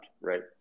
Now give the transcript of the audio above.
right